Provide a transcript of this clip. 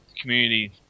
community